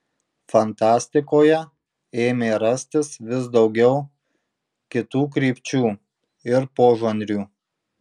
fantastikoje ėmė rastis vis daugiau kitų krypčių ir požanrių